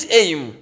aim